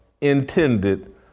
intended